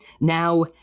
Now